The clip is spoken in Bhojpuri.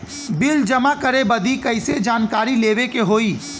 बिल जमा करे बदी कैसे जानकारी लेवे के होई?